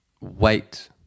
Wait